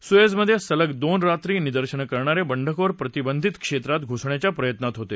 सुएझमधे सलग दोन रात्री निदर्शनं करणारे बंडखोर प्रतिबंधित क्षेत्रात घुसण्याच्या प्रयत्नात होते